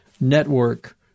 network